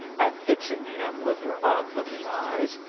and fixing him with her odd-looking eyes.